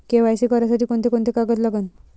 KYC करासाठी कोंते कोंते कागद लागन?